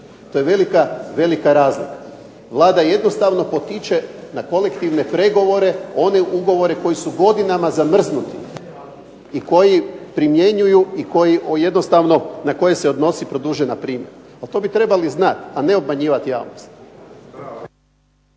To je velika razlika. Vlada jednostavno potiče na kolektivne pregovore one ugovore koji su godinama zamrznuti i koji primjenjuju i na koje se odnosi produžena primjena. To bi trebali znati, a ne obmanjivati javnost.